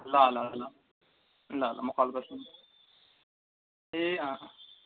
ल ल ल ल ल म कल गर्छु नि ए अँ